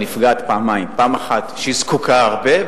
נפגעת פעמיים: פעם אחת שהיא זקוקה הרבה,